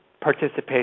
participation